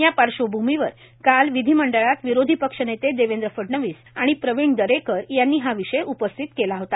या पार्श्वभूमीवर काल विधीमंडळात विरोधी पक्षनेते देवेंद्र फडणवीस आणि प्रवीण दरेकर यांनी हा विषय उपस्थित केला होता